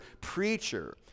preacher